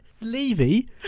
Levy